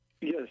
Yes